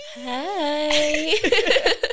Hi